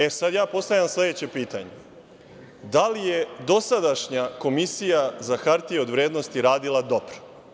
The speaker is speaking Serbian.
E, sada ja postavljam sledeće pitanje – da li je dosadašnja Komisija za hartije od vrednosti radila dobro?